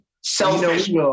Selfish